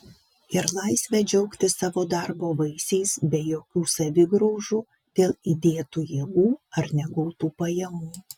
ir laisvę džiaugtis savo darbo vaisiais be jokių savigraužų dėl įdėtų jėgų ar negautų pajamų